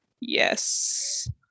Yes